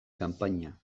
kanpaina